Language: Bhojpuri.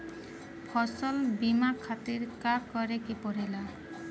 फसल बीमा खातिर का करे के पड़ेला?